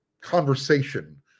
conversation